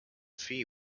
fee